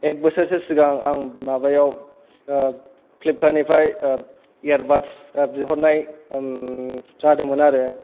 एक बोसोरसो सिगां आं माबायाव फ्लिपकार्तनिफ्राय एयारबादस बिहरनाय जादोंमोन आरो